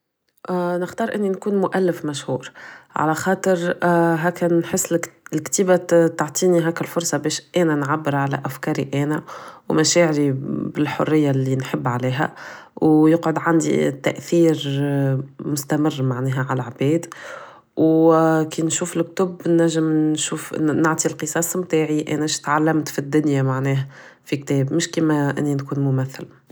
نختار اني نكون مؤلف مشهور على خاطر هكا نحس الكتيبة تعطيني هكا الفرصة باش انا نعبر على افكاري انا و مشاعري بالحرية اللي نحب عليها و يقعد عندي تاثير مستمر معناها عل عباد و كي نشوف الكتب نجم نشوف نعطي القصص متاعي انا اش تعلمت فدنيا معناه في كتاب مش كيما اني نكون ممثلي